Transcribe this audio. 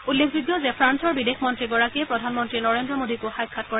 উল্লেখযোগ্য যে ফ্ৰালৰ বিদেশ মন্ত্ৰীগৰাকীয়ে প্ৰধানমন্ত্ৰী নৰেন্দ্ৰ মোডীকো সাক্ষাৎ কৰে